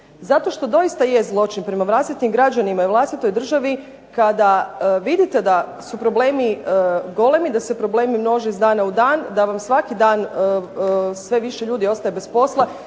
zato što doista je zločin, prema vlastitim građanima i vlastitoj državi kada vidite da su problemi golemi, da se problemi mnoge iz dana u dan, da vam svaki dan sve više ljudi ostaje bez posla,